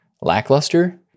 lackluster